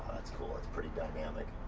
that's cool that's pretty dynamic.